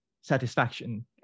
satisfaction